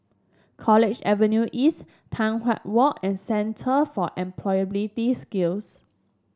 College Avenue East Tai Hwan Walk and Centre for Employability Skills